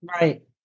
Right